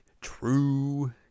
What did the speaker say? True